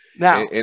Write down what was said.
Now